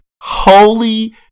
holy